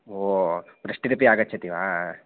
ओ वृष्टिरपि आगच्छति वा